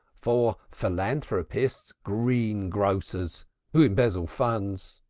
for philanthropists greengrocers who embezzle funds.